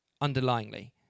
underlyingly